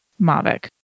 Mavic